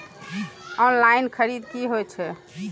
Online खरीद की होए छै?